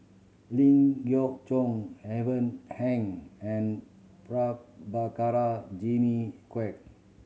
Ling Geok Choon Ivan Heng and Prabhakara Jimmy Quek